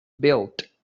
built